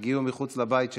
הגיעו אל מחוץ לבית שלי,